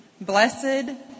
Blessed